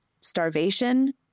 starvation